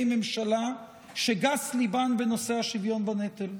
ממשלה שגס ליבן בנושא השוויון בנטל.